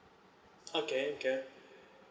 okay good